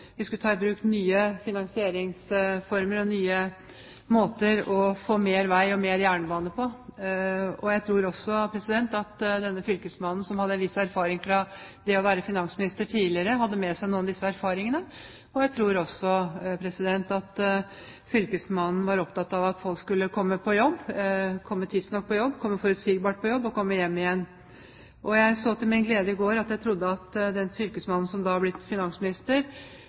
vi skulle ta i bruk nye finansieringsformer og nye måter å få mer til vei og mer til jernbane på. Jeg tror at denne fylkesmannen, som hadde en viss erfaring fra det å være finansminister tidligere, hadde med seg noen av disse erfaringene, og jeg tror også at fylkesmannen var opptatt av at folk skulle komme tidsnok på jobb, komme forutsigbart på jobb og komme hjem igjen. Jeg så til min glede i Aftenposten i går at den fylkesmannen som nå er blitt finansminister,